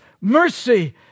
mercy